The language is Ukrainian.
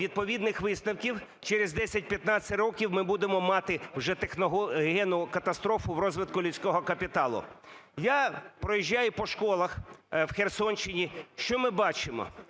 відповідних висновків, через 10-15 років ми будемо мати вже техногенну катастрофу в розвитку людського капіталу. Я проїжджаю по школах в Херсонщині - що ми бачимо?